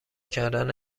کردن